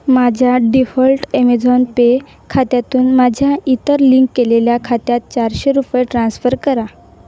माझ्या default Amazon Pay खात्यातून माझ्या इतर लिंक केलेल्या खात्यात चारशे रुपये ट्रान्स्फर करा